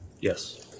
Yes